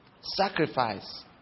sacrifice